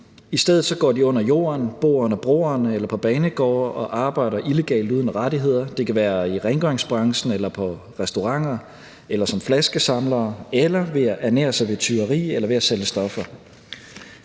I stedet går de under jorden, bor under broerne eller på banegårde og arbejder illegalt uden rettigheder – det kan være i rengøringsbranchen, på restauranter, som flaskesamlere eller ved at ernære sig ved tyveri eller ved at sælge stoffer.